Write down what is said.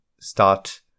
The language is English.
start